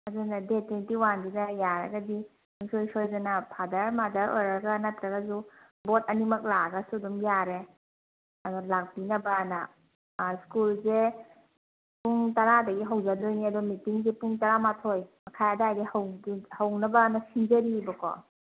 ꯑꯗꯨꯅ date twenty ꯋꯥꯟꯗꯨꯗ ꯌꯥꯔꯒꯗꯤ ꯁꯨꯡꯁꯣꯏ ꯁꯣꯏꯗꯅ ꯐꯥꯗꯔ ꯃꯥꯗꯔ ꯑꯣꯏꯔꯒ ꯅꯠꯇ꯭ꯔꯒꯁꯨ ꯕꯣꯠ ꯑꯅꯤꯃꯛ ꯂꯥꯛꯂꯒꯁꯨ ꯑꯗꯨꯝ ꯌꯥꯔꯦ ꯑꯗꯣ ꯂꯥꯛꯄꯤꯅꯕꯅ ꯁ꯭ꯀꯨꯜꯁꯦ ꯄꯨꯡ ꯇꯔꯥꯗꯒꯤ ꯍꯧꯖꯗꯣꯏꯅꯦ ꯑꯗꯣ ꯃꯤꯇꯤꯡꯁꯦ ꯄꯨꯡ ꯇꯔꯥ ꯃꯥꯊꯣꯏ ꯃꯈꯥꯏ ꯑꯗꯥꯏꯗꯒꯤ ꯍꯧꯅꯕꯅ ꯁꯤꯟꯖꯔꯤꯕꯀꯣ